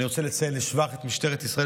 אני רוצה לציין לשבח את משטרת ישראל,